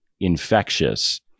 infectious